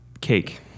cake